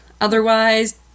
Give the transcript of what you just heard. Otherwise